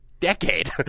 decade